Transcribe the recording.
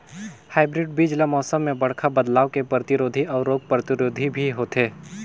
hybrid बीज ल मौसम में बड़खा बदलाव के प्रतिरोधी अऊ रोग प्रतिरोधी भी होथे